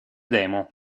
demo